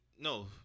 no